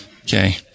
Okay